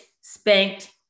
spanked